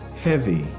heavy